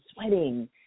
sweating